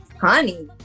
honey